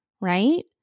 right